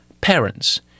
parents